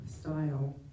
style